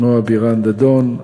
נועה בירן-דדון,